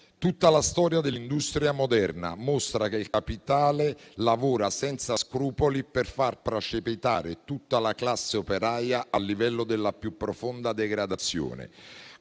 Tutta la storia dell'industria moderna mostra che il capitale lavora senza scrupoli per far precipitare tutta la classe operaia al livello della più profonda degradazione: